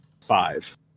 five